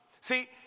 See